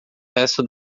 resto